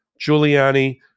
Giuliani